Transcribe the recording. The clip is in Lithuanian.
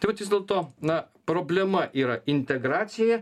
tai vat vis dėlto na problema yra integracija